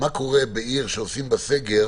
בין עיר שעושים בה סגר